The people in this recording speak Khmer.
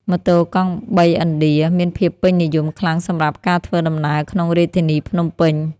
ម៉ូតូកង់បីឥណ្ឌាមានភាពពេញនិយមខ្លាំងសម្រាប់ការធ្វើដំណើរក្នុងរាជធានីភ្នំពេញ។